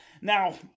Now